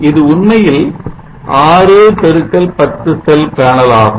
இது உண்மையில் 6 x 10 cell panel ஆகும்